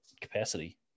capacity